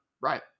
right